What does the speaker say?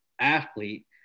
athlete